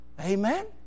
Amen